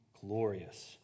glorious